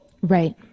Right